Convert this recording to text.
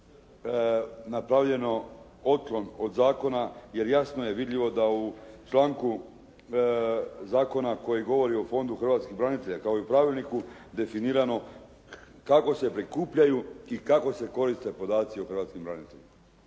je napravljeno otklon od zakona, jer jasno je vidljivo da u članku zakona koji govori o Fondu hrvatskih branitelja kao i u pravilniku definirano kako se prikupljaju i kako se koriste podaci o hrvatskim braniteljima.